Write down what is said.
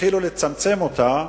והתחילו לצמצם אותה,